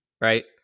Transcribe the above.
right